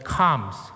comes